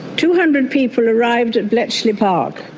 two hundred people arrived at bletchley park.